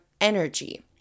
energy